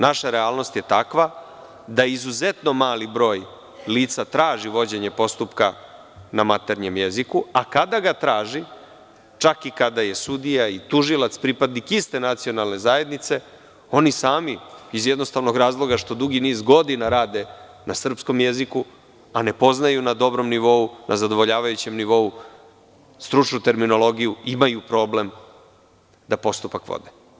Naša realnost je takva da izuzetno mali broj lica traži vođenje postupka na maternjem jeziku, a kada ga traži čak i kada je sudija i tužilac pripadnik iste nacionalne zajednice oni sami iz jednostavnog razloga što dugi niz godina rade na srpskom jeziku, a ne poznaju na dobrom nivou, na zadovoljavajućem nivou stručnu terminologiju, imaju problem da postupak vode.